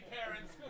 parents